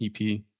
EP